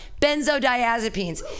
benzodiazepines